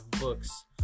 books